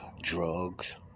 drugs